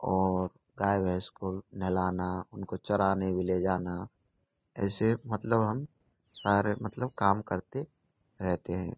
और गाय भैंस को नहलाना उनको चराने भी ले जाना ऐसे मतलब हम सारे मतलब काम करते रहते हैं